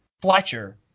Fletcher